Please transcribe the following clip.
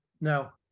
Now